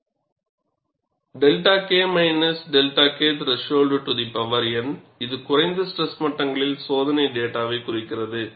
〖δK δk th〗n இது குறைந்த ஸ்ட்ரெஸ் மட்டங்களில் சோதனை டேட்டாவைக் குறிக்கிறது